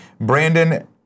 Brandon